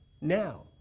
now